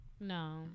no